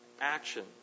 action